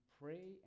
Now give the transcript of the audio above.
pray